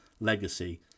legacy